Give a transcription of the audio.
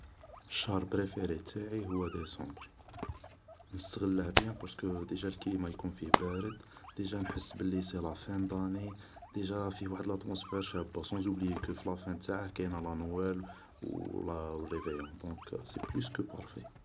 الشهر بريفري تاعي هو ديسمبر نستغله بيان بارسكو ديجا الكليما يكون فيه بارد ديجا نحس بلي سي لافان داني ديجا فيه واحد لاتموسفار شابة سون أوبليي كو في لافان تاعه كاينة لانوال و ريفيون دونك سي بلوس كو بارفي